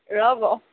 ৰ'ব